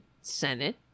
Senate